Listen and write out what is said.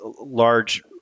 large